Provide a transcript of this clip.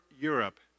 Europe